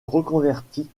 reconvertit